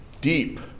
deep